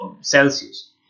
Celsius